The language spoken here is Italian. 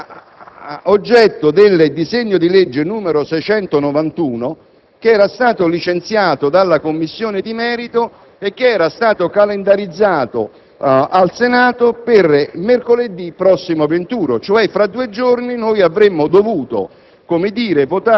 oggetto del disegno di legge n. 691, che era stato licenziato dalla Commissione di merito ed era stato calendarizzato al Senato per mercoledì prossimo venturo; cioè tra due giorni avremmo dovuto